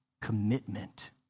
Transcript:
Commitment